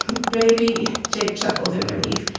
baby jake chuckled in relief.